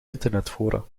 internetfora